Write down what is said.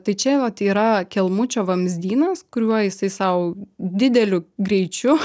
tai čia vat yra kelmučio vamzdynas kuriuo jisai sau dideliu greičiu